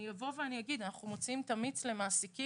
אני אגיד שאנחנו מוציאים את המיץ למעסיקים